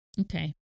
Okay